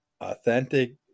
Authentic